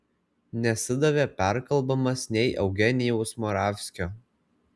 nesidavė perkalbamas nei eugenijaus moravskio